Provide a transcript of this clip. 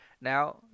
Now